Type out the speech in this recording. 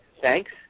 thanks